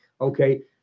okay